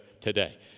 today